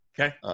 Okay